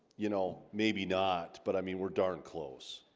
you know maybe not, but i mean we're darn close,